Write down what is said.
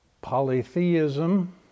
polytheism